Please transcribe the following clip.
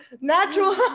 Natural